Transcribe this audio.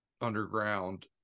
underground